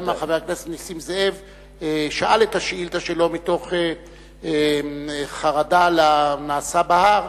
גם חבר הכנסת נסים זאב שאל את השאילתא שלו מתוך חרדה לנעשה בהר,